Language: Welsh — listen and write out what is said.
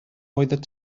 oeddet